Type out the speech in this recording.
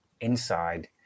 inside